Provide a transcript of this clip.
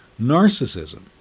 narcissism